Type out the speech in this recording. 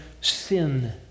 sin